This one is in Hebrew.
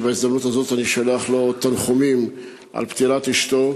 ובהזדמנות הזאת אני שולח לו תנחומים על פטירת אשתו,